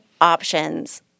options